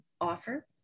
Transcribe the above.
offer